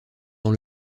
dans